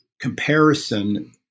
comparison